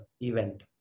event